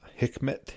Hikmet